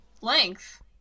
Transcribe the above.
length